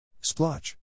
splotch